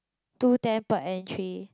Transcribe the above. two ten per entry